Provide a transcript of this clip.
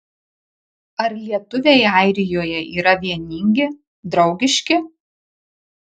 ar lietuviai airijoje yra vieningi draugiški